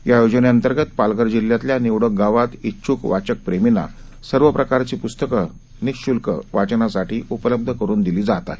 या योजनेअंतर्गत पालघर जिल्ह्यातल्या निवडक गावात इच्छुक वाचक प्रेमींना सर्व प्रकारची प्रस्तकं निःशुल्क वाचनासाठी उपलब्ध करुन दिली जात आहेत